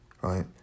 right